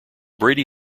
brady